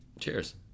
Cheers